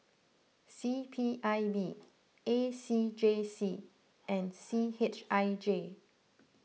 C P I B A C J C and C H I J